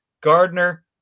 Gardner